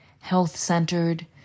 health-centered